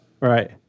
Right